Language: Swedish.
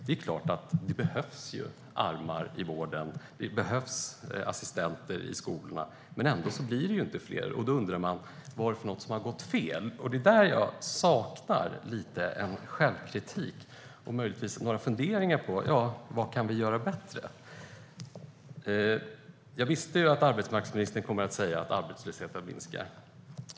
Det är klart att det behövs armar i vården och assistenter i skolorna. Men ändå blir det inte fler. Då undrar man vad som har gått fel. Där saknar jag lite grann en självkritik och möjligtvis några funderingar på vad vi kan göra bättre. Jag visste att arbetsmarknadsministern skulle säga att arbetslösheten minskar.